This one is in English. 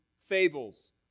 fables